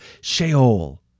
Sheol